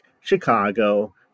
Chicago